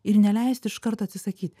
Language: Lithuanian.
ir neleist iškart atsisakyt